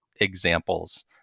examples